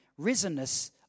risenness